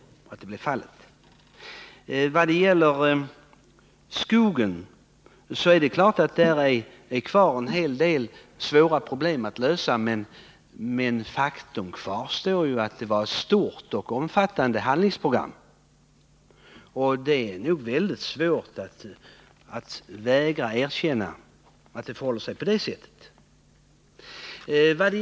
26 mars 1980 Vad det gäller skogen är det klart att där återstår en hel del svåra problem att lösa. Men faktum kvarstår att det var ett stort och omfattande Anslag inom jordhandlingsprogram. Det är nog svårt att vägra att erkänna att det förhåller sig é bruksdepartemenpå det sättet.